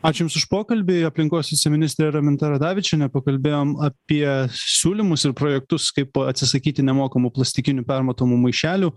ačiū jums už pokalbį aplinkos viceministrė raminta radavičienė pakalbėjom apie siūlymus ir projektus kaip atsisakyti nemokamų plastikinių permatomų maišelių